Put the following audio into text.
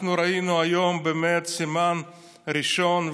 אנחנו ראינו היום באמת סימן ראשון,